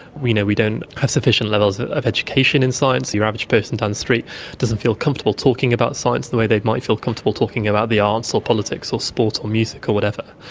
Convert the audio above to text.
know, we don't have sufficient levels of education in science. your average person down the street doesn't feel comfortable talking about science the way they might feel comfortable talking about the arts or politics or sport or music or whatever.